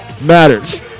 Matters